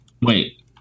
Wait